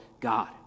God